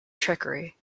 trickery